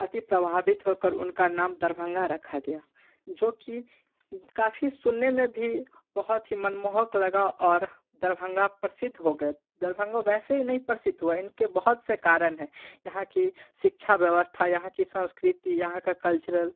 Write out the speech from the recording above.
अति प्रभावित होकर उनका नाम दरभंगा रखा गया जो कि काफ़ी सुनने में भी बहुत ही मनमोहक लगा और दरभंगा प्रसिद्ध हो गए दरभंगा वैसे ही नहीं प्रसिद्ध हुआ इनके बहुत से कारण हैं यहाँ की शिक्षा व्यवस्था यहाँ की संस्कृति यहाँ का कल्चरल